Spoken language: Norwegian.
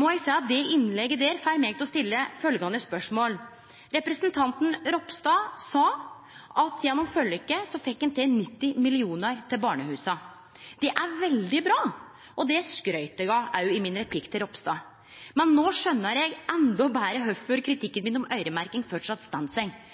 må eg seie at det innlegget får meg til å stille eit spørsmål. Representanten Ropstad sa at gjennom forliket fekk ein til 90 mill. kr til barnehusa. Det er veldig bra, og det skrytte eg også av i replikken min til Ropstad. Men no skjønar eg endå betre kvifor kritikken min om øyremerking framleis står seg.